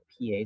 pa